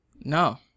No